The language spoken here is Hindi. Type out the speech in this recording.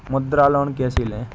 मुद्रा लोन कैसे ले?